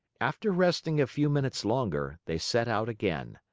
after resting a few minutes longer, they set out again.